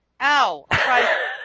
Ow